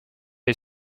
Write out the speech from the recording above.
est